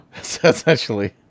Essentially